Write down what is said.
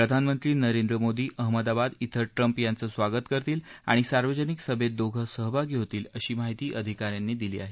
प्रधानमंत्री नरेंद्र मोदी अहमदाबाद क्षे ट्रम्प याचं स्वागत करतील आणि सार्वजनिक सभेत दोघं सहभागी होतील अशी माहिती अधिकाऱ्यांनी दिली आहे